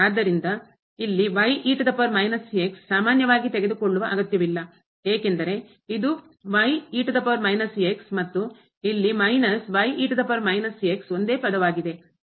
ಆದ್ದರಿಂದ ಇಲ್ಲಿ ಸಾಮಾನ್ಯವಾಗಿ ತೆಗೆದುಕೊಳ್ಳುವ ಅಗತ್ಯವಿಲ್ಲ ಏಕೆಂದರೆ ಇದು ಮತ್ತು ಇಲ್ಲಿ ಮೈನಸ್ ಒಂದೇ ಪದವಾಗಿದೆ